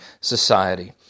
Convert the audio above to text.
society